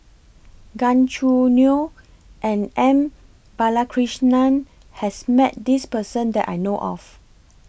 Gan Choo Neo and M Balakrishnan has Met This Person that I know of